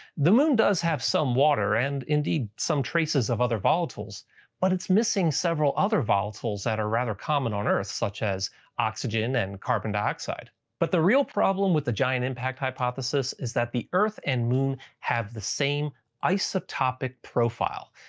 the moon does have some water and indeed some traces of other volatiles but it's missing several other volatiles that are rather common on earth such as oxygen and carbon dioxide. but the real problem with the giant impact hypothesis is that the earth and moon have the same isotopic profile.